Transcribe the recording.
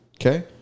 okay